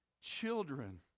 children